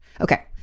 Okay